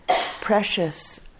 precious